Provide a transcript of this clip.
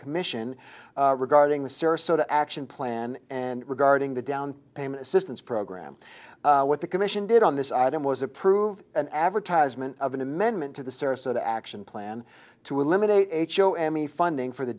commission regarding the sarasota action plan and regarding the down payment assistance program what the commission did on this item was approved an advertisement of an amendment to the sarasota action plan to eliminate h o m e funding for the